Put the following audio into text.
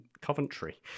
Coventry